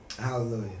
Hallelujah